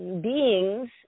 beings